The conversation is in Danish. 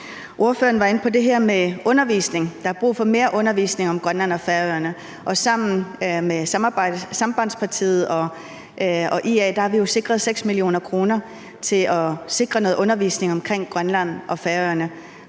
Ordføreren var inde på det her med undervisning, altså at der er brug for mere undervisning om Grønland og Færøerne. Sambandspartiet og IA har jo sammen sikret 6 mio. kr. til at sikre noget undervisning om Grønland og Færøerne.